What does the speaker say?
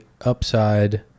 upside